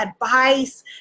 advice